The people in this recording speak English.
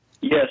Yes